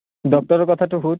ডক্তৰৰ কথাটো সোধ